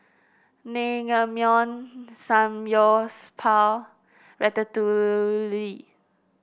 Naengmyeon Samgyeopsal Ratatouille